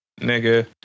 Nigga